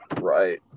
Right